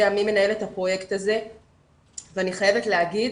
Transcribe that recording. מי מנהל את הפרויקט הזה ואני חייבת להגיד